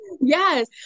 Yes